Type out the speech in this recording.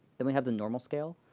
then we have the normal scale.